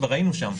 כבר היינו שם.